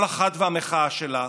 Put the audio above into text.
כל אחת והמחאה שלה.